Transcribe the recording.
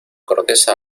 corteza